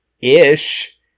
ish